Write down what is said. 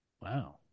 Wow